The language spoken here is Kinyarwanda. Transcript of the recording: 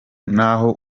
naho